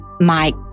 Mike